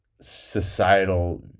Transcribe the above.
societal